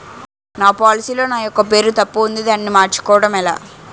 నా పోలసీ లో నా యెక్క పేరు తప్పు ఉంది దానిని మార్చు కోవటం ఎలా?